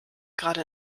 gerade